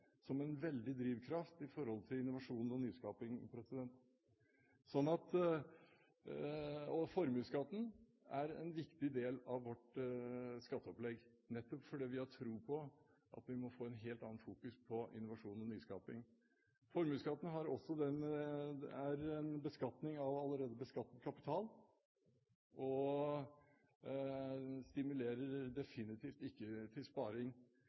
som en veldig drivkraft i forhold til innovasjon og nyskaping. Formuesskatten er en viktig del av vårt skatteopplegg, nettopp fordi vi har tro på at vi må få et helt annet fokus på innovasjon og nyskaping. Formuesskatten er beskatning av allerede beskattet kapital og stimulerer definitivt ikke til sparing.